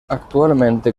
actualmente